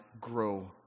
grow